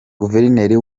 guverineri